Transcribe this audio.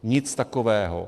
Nic takového.